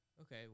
okay